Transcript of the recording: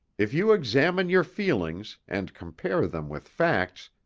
if you examine your feelings, and compare them with facts,